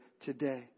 today